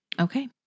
Okay